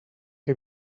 que